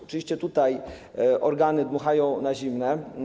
Oczywiście tutaj organy dmuchają na zimne.